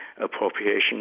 appropriation